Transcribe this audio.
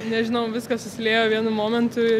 nežinau viskas susiliejo vienu momentu